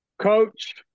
Coach